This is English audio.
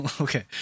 okay